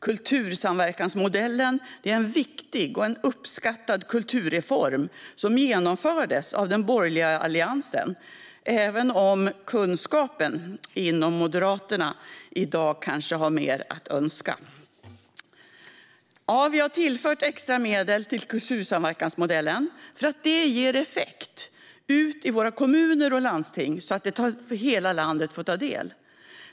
Kultursamverkansmodellen är en viktig och uppskattad kulturreform som genomfördes av den borgerliga Alliansen, även om kunskapen inom Moderaterna i dag kanske lämnar mer att önska. Vi har tillfört extra medel till kultursamverkansmodellen. Det ger effekt ute i våra kommuner och landsting. Så kan hela landet ta del av kultur.